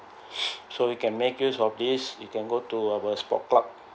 so you can make use of this you can go to our sports club